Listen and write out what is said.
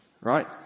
Right